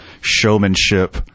showmanship